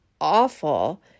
awful